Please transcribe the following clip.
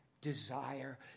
desire